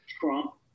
trump